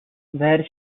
where